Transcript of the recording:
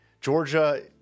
Georgia